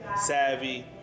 savvy